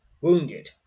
Wounded